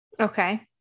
okay